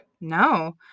No